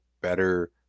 better